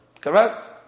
Correct